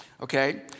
Okay